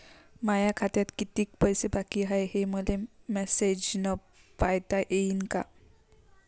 माया खात्यात कितीक पैसे बाकी हाय, हे मले मॅसेजन पायता येईन का?